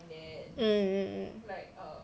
mm mm mm